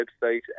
website